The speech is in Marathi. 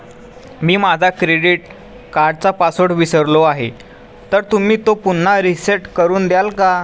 मी माझा क्रेडिट कार्डचा पासवर्ड विसरलो आहे तर तुम्ही तो पुन्हा रीसेट करून द्याल का?